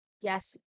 Yes